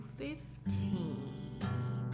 fifteen